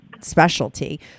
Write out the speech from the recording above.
specialty